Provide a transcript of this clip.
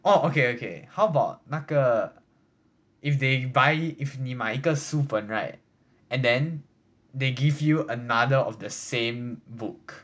oh okay okay how about 那个 if they buy if 你买一个书本 right and then they give you another of the same book